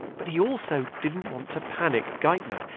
but he also didn't want to panic geithner.